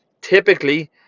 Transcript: Typically